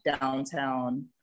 downtown